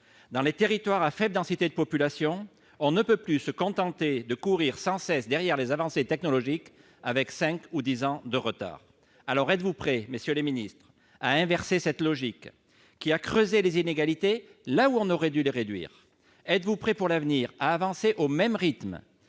Dans les territoires à faible densité de population, on ne peut plus se contenter de courir sans cesse derrière la technologie, avec cinq ou dix ans de retard ! Êtes-vous prêt, monsieur le ministre, à inverser la logique qui a creusé ces inégalités territoriales quand on aurait dû les réduire ? Êtes-vous prêt, à l'avenir, à avancer au même rythme